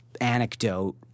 anecdote